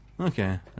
Okay